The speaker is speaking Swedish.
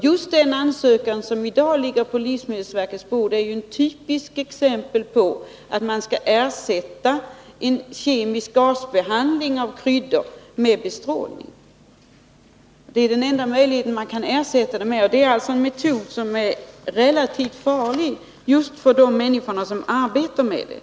Just den ansökan som i dag ligger på livsmedelsverkets bord är ett typiskt exempel på att man skall ersätta en kemisk gasbehandling av kryddor med bestrålning. Det är den Nr 25 enda möjligheten till ersättning. Det är alltså en metod som är relativt farlig Torsdagen den för de människor som arbetar med detta.